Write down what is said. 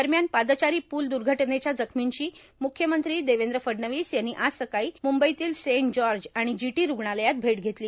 दरम्यान पादचारी पूल दुर्घटनेच्या जखमींची मुख्यमंत्री देवेंद्र फडणवीस यांनी आज सकाळी म्रंबईतल्या सेंट जॉर्ज आणि जीटी रूग्णालयात भेट घेतली